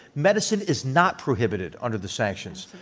medicine is not prohibited under the sanctions.